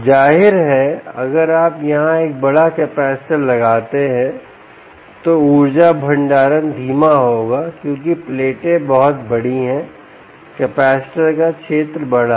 जाहिर है अगर आप यहां एक बड़ा कैपेसिटर लगाते हैं तो ऊर्जा भंडारण धीमा होगा क्योंकि प्लेटें बहुत बड़ी हैं कैपेसिटर का क्षेत्र बड़ा है